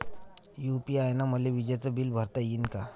UPI न मले विजेचं बिल भरता यीन का?